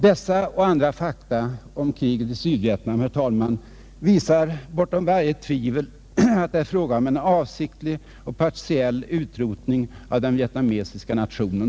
Dessa och andra fakta om kriget i Sydvietnam, herr talman, visar bortom varje tvivel att det är fråga om en avsiktlig och partiell utrotning av den vietnamesiska nationen.